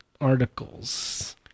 articles